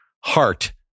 heart